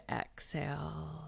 exhale